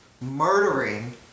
murdering